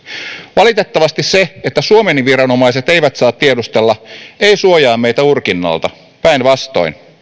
valitettavasti se että suomen viranomaiset eivät saa tiedustella ei suojaa meitä urkinnalta päinvastoin